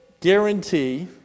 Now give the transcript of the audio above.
guarantee